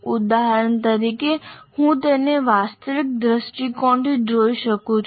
ઉદાહરણ તરીકે હું તેને વાસ્તવિક દ્રષ્ટિકોણથી જોઈ શકું છું